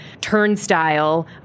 turnstile